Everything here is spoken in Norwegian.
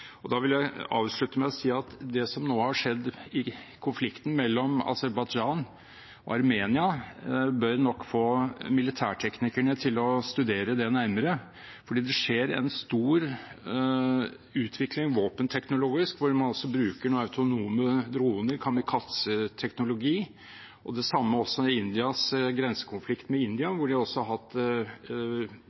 å si at det som nå har skjedd i konflikten mellom Aserbajdsjan og Armenia, bør nok få militærteknikerne til å studere det nærmere, for det skjer en stor utvikling våpenteknologisk, hvor man altså bruker autonome droner, kamikaze-teknologi. Det samme også i grensekonflikten i India, hvor de har hatt